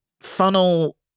funnel